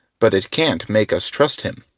but it can't make us trust him.